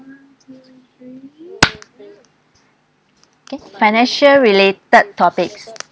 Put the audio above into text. one two three okay financial related topic